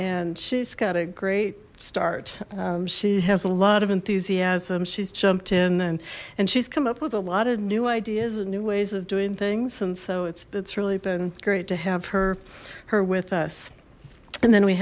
and she's got a great start she has a lot of enthusiasm she's jumped in and and she's come up with a lot of new ideas and new ways of doing things and so it's really been great to have her her with us and then we